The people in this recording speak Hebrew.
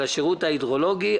על השירות ההידרולוגי,